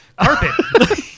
Carpet